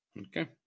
okay